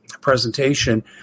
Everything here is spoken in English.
presentation